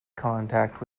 contact